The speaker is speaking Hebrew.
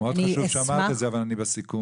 מאוד חשוב שאמרת את זה, אבל אני בסיכום.